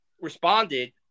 responded